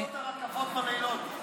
מה עושות הרכבות בלילות?